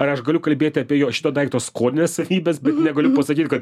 ar aš galiu kalbėti apie jo šito daikto skonines savybes bet negaliu pasakyt kad